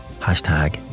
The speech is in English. Hashtag